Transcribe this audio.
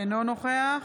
אינו נוכח